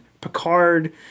Picard